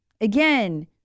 again